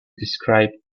describe